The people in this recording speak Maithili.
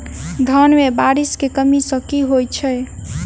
धान मे बारिश केँ कमी सँ की होइ छै?